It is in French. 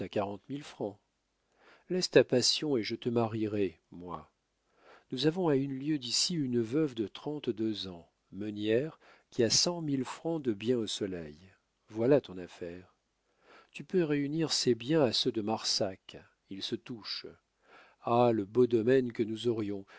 quarante mille francs laisse ta passion et je te marierai moi nous avons à une lieue d'ici une veuve de trente-deux ans meunière qui a cent mille francs de bien au soleil voilà ton affaire tu peux réunir ses biens à ceux de marsac ils se touchent ah le beau domaine que nous aurions